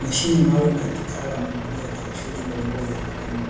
Mashine maalumu ya kitaalamu inayotumika katika shughuli mbalimbali za kilimo,